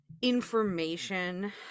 information